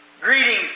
Greetings